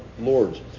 Lords